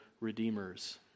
redeemers